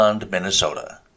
Minnesota